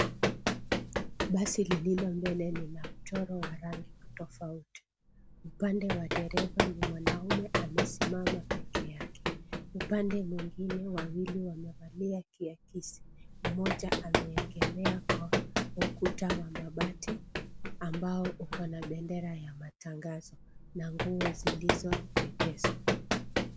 Basi lililo mbele lina mchoro wa rangi tofouti . Upande wa dereva ni mwanaume amesimama . Peke yake upande mwingine wawili wamevalia kiasisi moja amekemea kwa ukuta wa mapati ambayo uko na bendera ya Matangazo na nguo zilizoegezwa.